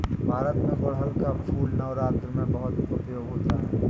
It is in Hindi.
भारत में गुड़हल का फूल नवरात्र में बहुत उपयोग होता है